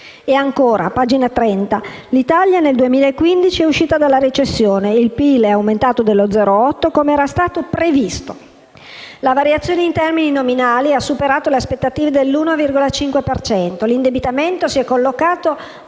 ancora: «L'Italia nel 2015 è uscita dalla recessione e il PIL è aumentato dello 0,8 com'era stato previsto. La variazione in termini nominali ha superato le aspettative dell'1,5 per cento e l'indebitamento si è collocato